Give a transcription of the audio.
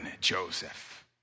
Joseph